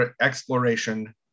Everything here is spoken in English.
exploration